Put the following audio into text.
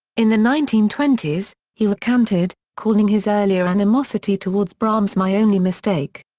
in the nineteen twenty s, he recanted, calling his earlier animosity towards brahms my only mistake.